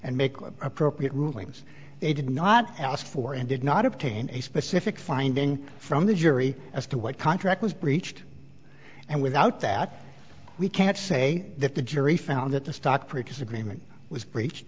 and make appropriate rulings they did not ask for and did not obtain a specific finding from the jury as to what contract was breached and without that we can't say that the jury found that the stock purchase agreement was